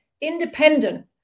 independent